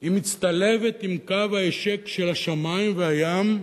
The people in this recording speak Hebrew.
היא מצטלבת עם קו ההישק של השמים והים,